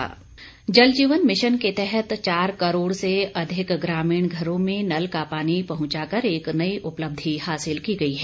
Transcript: जल Jeevan mission Jal Jeevan mission के तहत चार करोड़ से अधिक ग्रामीण घरों में नल का पानी पहुंचाकर एक नई उपलब्धि हासिल की गई है